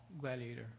gladiator